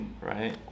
right